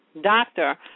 Doctor